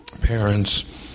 Parents